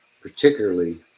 particularly